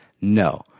No